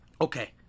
Okay